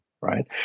right